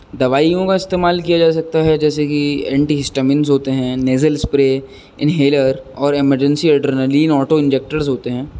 دوائیوں کا استعمال کیا جا سکتا ہے جیسے کہ اینٹی ہسٹمنس ہوتے ہیں نیزل اسپرے انہیلر اور ایمرجنسی ایڈرنلین آٹو انجیکٹرز ہوتے ہیں